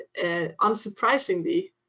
unsurprisingly